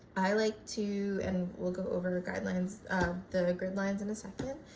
i like to and we'll go over guidelines of the grid lines in a second,